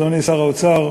אדוני שר האוצר,